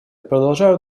продолжают